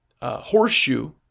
horseshoe